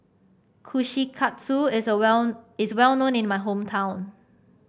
kushikatsu is well is well known in my hometown